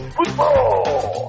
Football